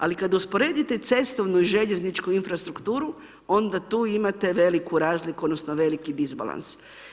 Ali kada usporedite cestovnu i željezničku infrastrukturu onda tu imate veliku razliku, odnosno veliki disbalans.